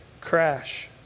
crash